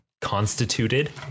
constituted